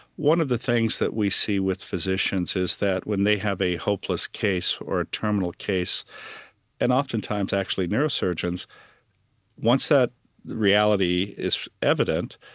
one of the things that we see with physicians is that when they have a hopeless case or a terminal case and oftentimes, actually, neurosurgeons once that reality is evident,